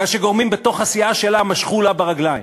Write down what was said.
בגלל שגורמים בתוך הסיעה שלה משכו לה ברגליים.